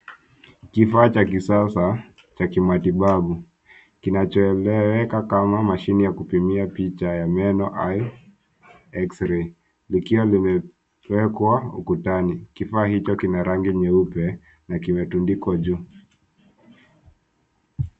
Kifaa cha kisasa cha kimatibabu kinachoeleweka kama mashine ya kupimia picha ya meno au eksirei, likiwa limewekwa ukutani. Kifaa hicho kina rangi nyeupe na kimetundikwa juu.